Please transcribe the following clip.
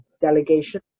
delegation